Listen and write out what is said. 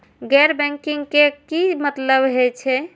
गैर बैंकिंग के की मतलब हे छे?